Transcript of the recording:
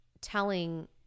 telling